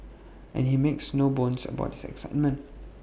and he makes no bones about his excitement